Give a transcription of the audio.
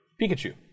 Pikachu